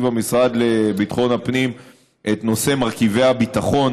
המשרד לביטחון הפנים את נושא מרכיבי הביטחון